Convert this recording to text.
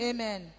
Amen